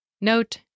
Note